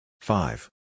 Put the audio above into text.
five